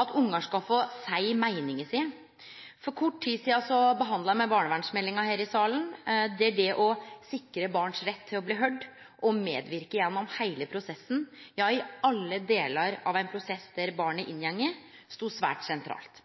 at ungar skal få seie meininga si. For kort tid sidan behandla me barnevernsmeldinga her i salen, der det å sikre barns rett til å bli høyrde og kunne medverke gjennom heile prosessen – ja i alle delar av ein prosess der barnet inngår, stod svært sentralt.